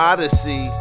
Odyssey